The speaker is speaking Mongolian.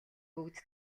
бүгд